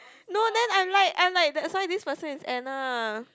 no then I'm like I'm like that's why this person is Anna